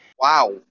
Wow